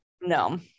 No